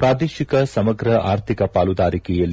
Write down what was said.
ಪ್ರಾದೇಶಿಕ ಸಮಗ್ರ ಆರ್ಥಿಕ ಪಾಲುದಾರಿಕೆ ಆರ್